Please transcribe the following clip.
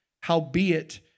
Howbeit